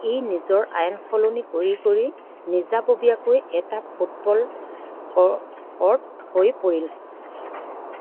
ই নিজৰ আইন সলনি কৰি কৰি নিজাববীয়াকৈ এটা ফুটবল ক' ক'ড হৈ পৰিল